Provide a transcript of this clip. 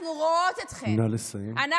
אנחנו רואות אתכן.